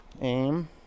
Aim